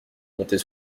monter